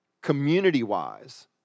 Community-wise